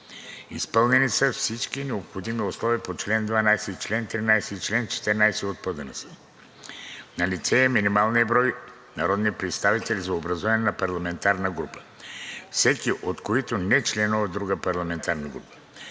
Изпълнени са всички необходими условия по чл. 12, чл. 13 и чл. 14 от ПОДНС. Налице е минималният необходим брой народни представители за образуване на парламентарна група, всеки от които не членува в друга парламентарна група.